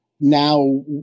now